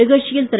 நிகழ்ச்சியில் திரு